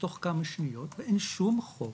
תוך כמה שניות ואין שום חוק,